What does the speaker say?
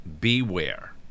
beware